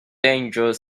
danger